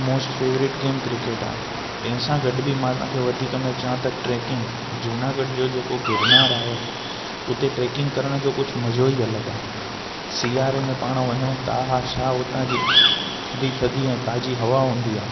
most favourite game cricket आहे इन सां गॾु बि मां तव्हां खे चवां त ट्रेकिंग जूनागढ़ जो जेको गिरनार आहे उते ट्रेकिंग करण जो कुझु मज़ो ई अलॻि आहे सियारे में पाण वञूं था हा छा हुतां जी थधी थधी ऐं ताज़ी हवा हूंदी आहे